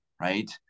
right